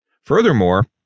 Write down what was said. Furthermore